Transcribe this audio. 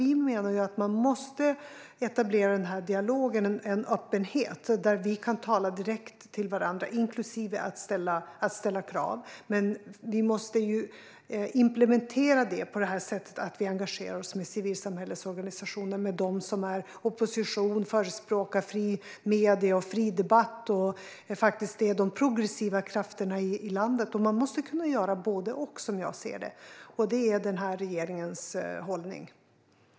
Vi menar att man måste etablera en dialog och en öppenhet, där vi kan tala direkt med varandra och också ställa krav. Men vi måste implementera det på det sättet att vi engagerar oss med civilsamhällets organisationer, med dem som är opposition och förespråkar fria medier, fri debatt och faktiskt är de progressiva krafterna i landet. Man måste, som jag ser det, kunna göra både och. Detta är den här regeringens hållning.